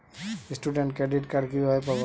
Student credit card কিভাবে পাব?